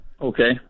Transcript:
Okay